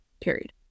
period